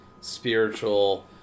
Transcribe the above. spiritual